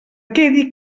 quedi